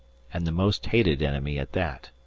and the most hated enemy at that.